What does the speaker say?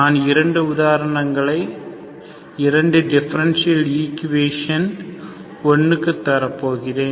நான் இரண்டு உதாரணங்களை இரண்டு டிஃபரண்ஷியல் ஈக்குவேஷன் l க்கு தரப்போகிறேன்